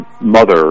mother